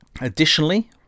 Additionally